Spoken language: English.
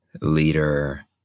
leader